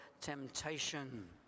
temptation